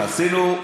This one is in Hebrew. עשינו,